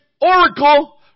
oracle